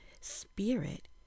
spirit